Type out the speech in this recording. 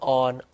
on